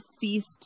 ceased